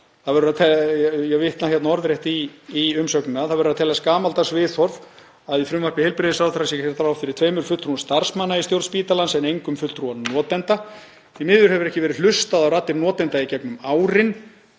„Það verður að teljast gamaldags viðhorf að í frumvarpi heilbrigðisráðherra sé gert ráð fyrir tveimur fulltrúum starfsmanna í stjórn spítalans en engum fulltrúa notenda. Því miður hefur ekki verið hlustað á raddir notenda í gegnum árin“